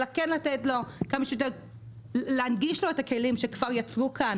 אלא כדי להנגיש לו את הכלים שכבר יצרו כאן